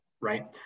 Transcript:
right